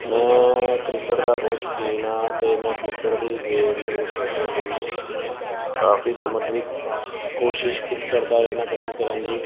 ਮੈਂ ਕ੍ਰਿਕਟ ਦਾ ਬਹੁਤ ਸ਼ੌਕੀਨ ਹਾਂ ਅਤੇ ਮੈਂ ਕ੍ਰਿਕਟ ਦੀ ਗੇਮ ਨੂੰ ਸੋਧਣ ਲਈ ਕਾਫੀ ਸਮੱਗਰੀ ਕੋਸ਼ਿਸ਼ ਕਿ ਕਰਦਾ ਰਹਿੰਦਾ ਇਕੱਠੀ ਕਰਨ ਦੀ